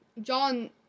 John